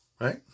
Right